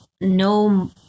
no